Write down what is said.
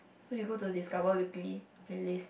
so you go to the discover weekly playlist